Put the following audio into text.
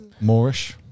moorish